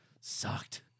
Sucked